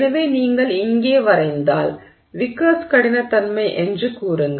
எனவே நீங்கள் இங்கே வரைந்தால் விக்கர்ஸ் கடினத்தன்மை என்று கூறுங்கள்